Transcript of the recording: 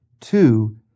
two